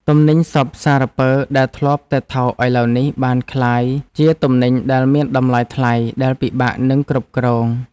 ទំនិញសព្វសារពើដែលធ្លាប់តែថោកឥឡូវនេះបានក្លាយជាទំនិញដែលមានតម្លៃថ្លៃដែលពិបាកនឹងគ្រប់គ្រង។